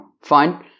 Fine